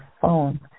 phone